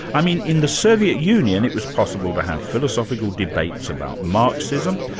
i mean in the soviet union it was possible to have philosophical debates about marxism,